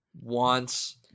wants